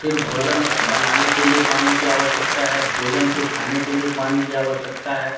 फिर भोजन बनाने के लिए पानी की आवश्यकता है भोजन को खाने के लिए पानी की आवश्यकता है